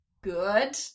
good